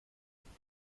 فرزند